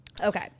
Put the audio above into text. Okay